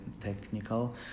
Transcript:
technical